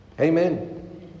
amen